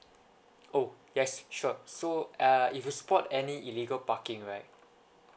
oh yes sure so uh if you spot any illegal parking right